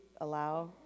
allow